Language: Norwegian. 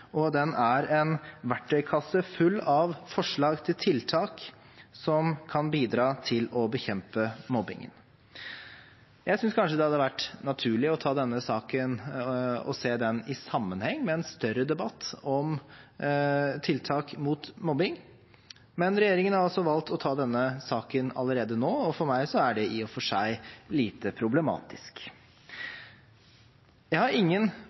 og den er en verktøykasse full av forslag til tiltak som kan bidra til å bekjempe mobbingen. Jeg synes kanskje det hadde vært naturlig å ta denne saken i forbindelse med en større debatt om tiltak mot mobbing, men regjeringen har altså valgt å ta denne saken allerede nå, og for meg er det i og for seg lite problematisk. Jeg har ingen